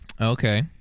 Okay